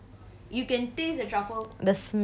the smell of truffles was damn good